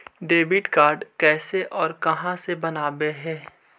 Debit card कैसे और कहां से बनाबे है?